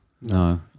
no